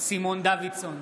סימון דוידסון,